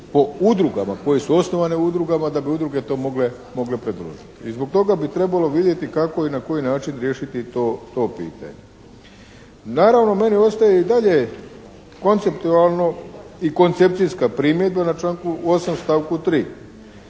po udrugama koje su osnovane u udrugama da bi udruge to mogle predložiti. I zbog toga bi trebalo vidjeti kako i na koji način riješiti to pitanje. Naravno meni ostaje i dalje konceptualno i koncepcijska primjedba na članku 8., stavku 3.